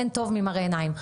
אין טוב ממראה עיניים.